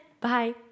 Bye